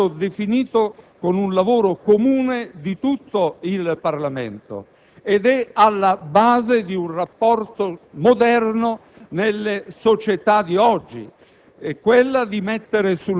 Lo Statuto è stato definito con un lavoro comune di tutto il Parlamento ed è alla base di un rapporto moderno nella società di oggi,